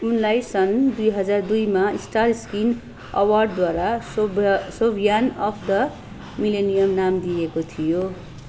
उनलाई सन् दुई हजार दुईमा स्टार स्क्रिन अवार्डद्वारा शोम्यान अफ द मिलेनियम नाम दिइएको थियो